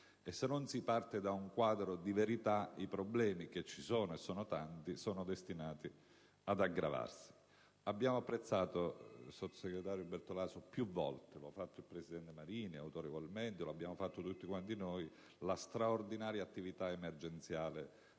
e se non si parte da un quadro di verità i problemi che ci sono, e sono tanti, sono destinati ad aggravarsi. Sottosegretario Bertolaso, abbiamo apprezzato più volte - lo ha fatto il presidente Marini autorevolmente e lo abbiamo fatto tutti noi - la straordinaria attività emergenziale